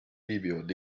viibivad